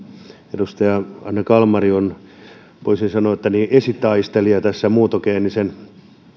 edustaja anne kalmari on voisin sanoa esitaistelija muuntogeenisen